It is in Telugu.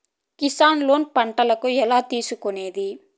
కిసాన్ లోను పంటలకు ఎలా తీసుకొనేది?